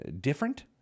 different